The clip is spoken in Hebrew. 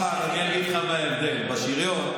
אבל אני אגיד לך מה ההבדל: בשריון,